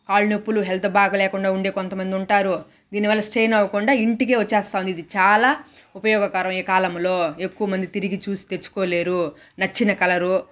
కాళ్ళు నొప్పులు హెల్త్ బాగాలేకుండా ఉండే కొంత మంది ఉంటారు దీని వల్ల స్ట్రెయిన్ అవ్వకుండా ఇంటికే వచ్చేస్తూ ఉంది ఇది చాలా ఉపయోగకరం ఈ కాలంలో ఎక్కువ మంది తిరిగి చూసి తెచ్చుకోలేరు నచ్చిన కలరు